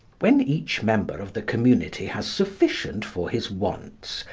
when each member of the community has sufficient for his wants,